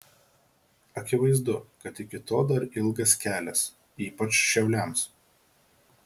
akivaizdu kad iki to dar ilgas kelias ypač šiauliams